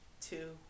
two